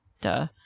duh